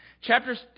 chapter